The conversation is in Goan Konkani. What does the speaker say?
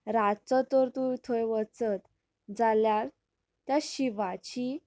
रातचो तर तूं थंय वचत जाल्यार त्या शिवाची